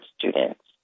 students